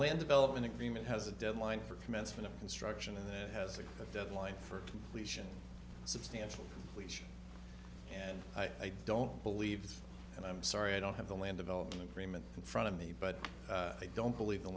land development agreement has a deadline for commencement of construction and then has a deadline for completion substantial and i don't believe and i'm sorry i don't have the land development agreement in front of me but i don't believe